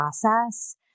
process